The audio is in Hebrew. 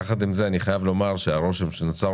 יחד עם זה אני חייב לומר שהרושם שנוצר